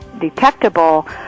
detectable